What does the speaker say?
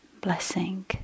blessing